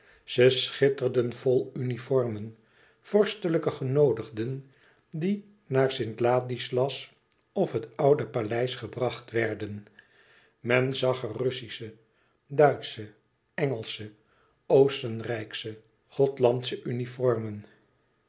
ze schitterden vol uniformen vorstelijke genoodigden die naar st ladislas of het oude paleis gebracht werden men zag er russische duitsche engelsche oostenrijksche gothlandsche uniformen